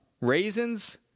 raisins